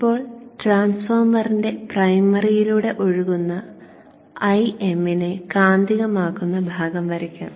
ഇപ്പോൾ ട്രാൻസ്ഫോർമറിന്റെ പ്രൈമറിയിലൂടെ ഒഴുകുന്ന Im നെ കാന്തികമാക്കുന്ന ഭാഗം വരയ്ക്കാം